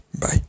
Bye